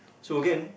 so again